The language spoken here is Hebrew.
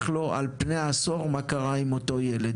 לו על פני עשור מה קרה עם אותו ילד,